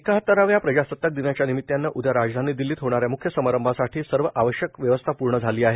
एकहातराव्या प्रजासताक दिनाच्या निमितानं उद्या राजधानी दिल्लीत होणा या म्ख्य समारंआसाठी सर्व आवश्यक व्यवस्था पूर्ण झाली आहे